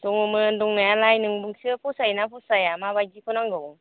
दङमोन दंनायालाय नोंसो फसायोना फसाया मा बायदिखौ नांगौ